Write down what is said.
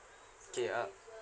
okay uh